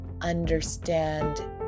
understand